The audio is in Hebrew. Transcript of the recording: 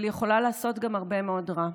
אבל היא יכולה לעשות גם הרבה מאוד רע.